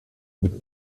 mit